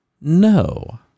No